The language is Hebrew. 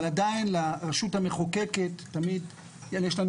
אבל עדיין לרשות המחוקקת תמיד יש לנו